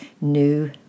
new